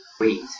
Wait